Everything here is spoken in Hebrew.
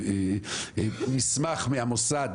מסמך מהמוסד,